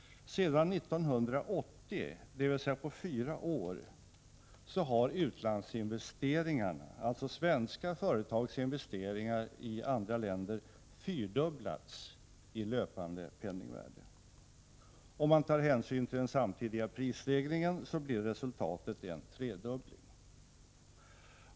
Sedan 1980 — dvs. på fyra år — har utlandsinvesteringarna, alltså svenska företags investeringar i andra länder, fyrdubblats i löpande penningvärde. Om man tar hänsyn till den samtidiga prisstegringen blir resultatet en tredubbling.